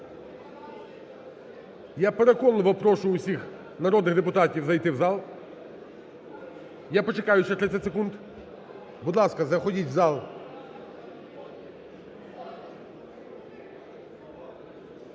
Я переконливо прошу усіх народних депутатів зайти в зал. Я почекаю ще 30 секунд. Будь ласка, заходіть в зал.